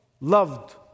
loved